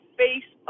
face